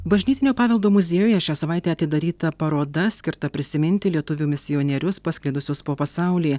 bažnytinio paveldo muziejuje šią savaitę atidaryta paroda skirta prisiminti lietuvių misionierius pasklidusius po pasaulį